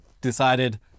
decided